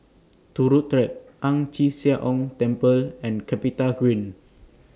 Turut Track Ang Chee Sia Ong Temple and Capitagreen